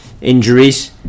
injuries